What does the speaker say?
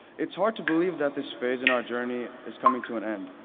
it's hard to believe that this phase in our journey is coming to an end.